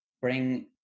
Bring